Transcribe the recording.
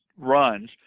runs